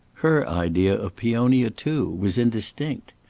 her idea of peonia, too, was indistinct.